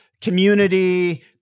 community